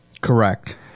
Correct